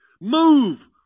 Move